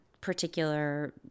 particular